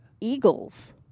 eagles